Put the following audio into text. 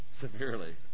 Severely